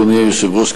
אדוני היושב-ראש,